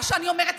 מה שאני אומרת,